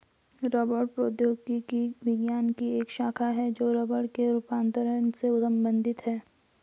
रबड़ प्रौद्योगिकी विज्ञान की एक शाखा है जो रबड़ के रूपांतरण से संबंधित है